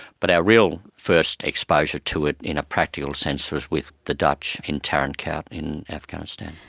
but our real first exposure to it in a practical sense was with the dutch in tarin kowt in afghanistan.